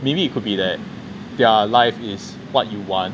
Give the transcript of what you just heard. maybe you could be that their life is what you want